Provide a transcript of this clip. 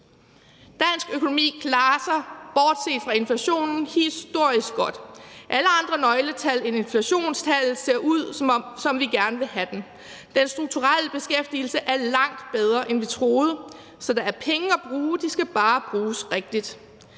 Dansk økonomi klarer sig, bortset fra inflationen, historisk godt. Alle andre nøgletal end inflationstallet ser ud, som vi gerne vil have dem. Den strukturelle beskæftigelse er langt bedre, end vi troede, så der er penge at bruge; de skal bare bruges rigtigt.